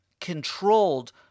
controlled